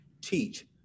teach